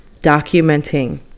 documenting